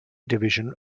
division